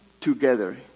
together